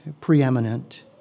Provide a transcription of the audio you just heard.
preeminent